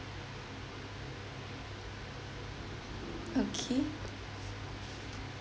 okay